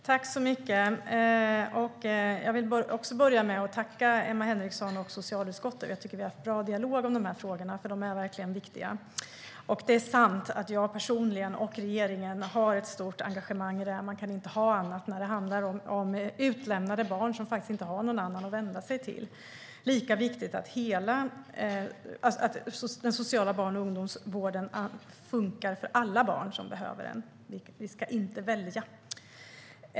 Fru talman! Jag vill tacka Emma Henriksson och socialutskottet för en bra dialog om dessa viktiga frågor. Det är sant att jag personligen, och regeringen, har ett stort engagemang i detta. Man kan inte ha annat när det handlar om utlämnade barn som inte har någon annan att vända sig till. Det är dock viktigt att den sociala barn och ungdomsvården funkar för alla barn som behöver den. Vi ska inte välja.